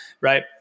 right